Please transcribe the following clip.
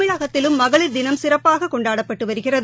தமிழகத்திலும் மகளிர் தினம் சிறப்பாககொண்டாடப்பட்டுவருகிறது